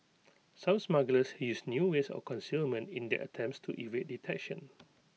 some smugglers is new ways of concealment in their attempts to evade detection